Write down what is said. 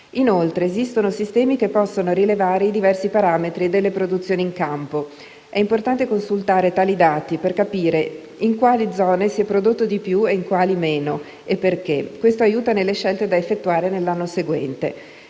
Inoltre, esistono sistemi che possono rilevare i diversi parametri delle produzioni in campo. È importante consultare tali dati per capire in quali zone si è prodotto di più e in quali meno, e perché: questo aiuta nelle scelte da effettuare nell'anno seguente.